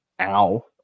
ow